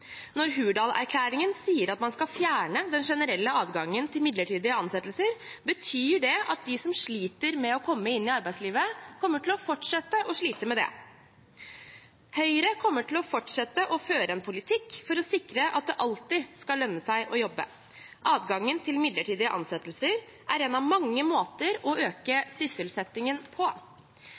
Når Hurdalsplattformen sier at man skal fjerne den generelle adgangen til midlertidige ansettelser, betyr det at de som sliter med å komme inn i arbeidslivet, kommer til å fortsette å slite med det. Høyre kommer til å fortsette å føre en politikk for å sikre at det alltid skal lønne seg å jobbe. Adgangen til midlertidige ansettelser er en av mange måter å øke sysselsettingen på.